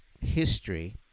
history